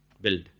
build